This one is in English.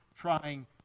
trying